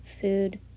food